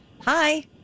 Hi